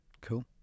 cool